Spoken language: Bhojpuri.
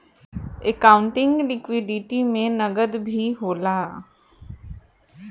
एकाउंटिंग लिक्विडिटी में नकद भी होला